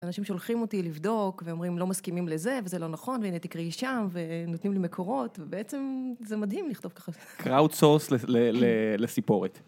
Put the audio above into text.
אנשים שולחים אותי לבדוק, ואומרים לא מסכימים לזה, וזה לא נכון, והנה תקראי שם, ונותנים לי מקורות, ובעצם זה מדהים לכתוב ככה. crowd source לסיפורת.